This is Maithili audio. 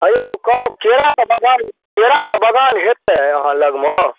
हयौ कहलहुँ केराके बगान केराके बगान हेतै अहाँ लगमे